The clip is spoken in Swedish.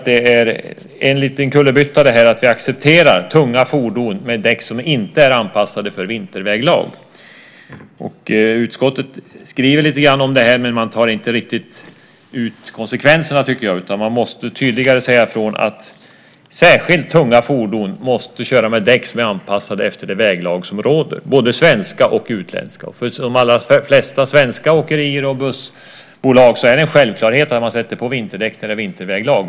Det är en liten kullerbytta att vi accepterar att tunga fordon har däck som inte är anpassade för vinterväglag. Utskottet skriver lite grann om det. Men man tar inte riktigt konsekvenserna. Man måste tydligare säga ifrån att särskilt tunga fordon måste köra med däck som är anpassade efter det väglag som råder. Det gäller både svenska och utländska fordon. För de allra flesta svenska åkerier och bussbolag är det en självklarhet att man sätter på vinterdäck när det är vinterväglag.